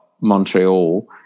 montreal